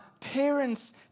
parents